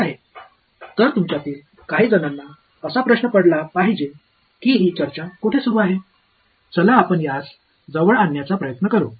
எனவே இந்த விவாதம் எங்கு செல்கிறது என்று உங்களில் சிலர் யோசித்துக்கொண்டிருக்க வேண்டும் அதை நெருங்கி வர முயற்சிப்போம்